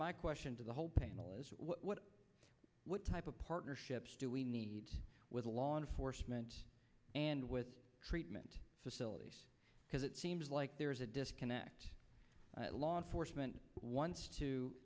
my question to the whole panel is what what type of partnerships do we need with law enforcement and with treatment facilities because it seems like there's a disconnect law enforcement once to